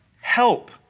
Help